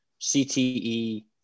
cte